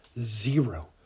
zero